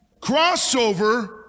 Crossover